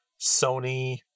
Sony